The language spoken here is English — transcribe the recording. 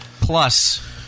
Plus